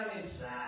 inside